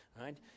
right